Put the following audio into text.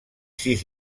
sis